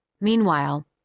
Meanwhile